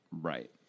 Right